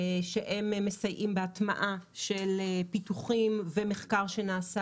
שמסייעים בהטמעה של פיתוחים ומחקר שנעשה